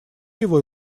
его